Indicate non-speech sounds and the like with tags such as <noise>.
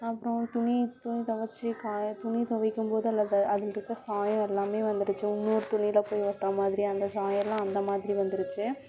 அப்புறம் துணி துணி துவச்சி காய துணி துவைக்கும் போது <unintelligible> அதில் இருக்கிற சாயம் எல்லாமே வந்துருச்சு இன்னொரு துணியில போய் ஒட்டுற மாதிரி அந்த சாயம்லாம் அந்த மாதிரி வந்துருச்சு